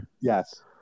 Yes